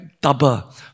double